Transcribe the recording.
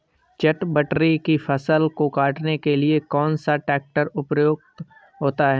चटवटरी की फसल को काटने के लिए कौन सा ट्रैक्टर उपयुक्त होता है?